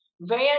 van